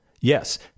Yes